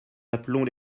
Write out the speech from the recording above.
appelons